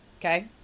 Okay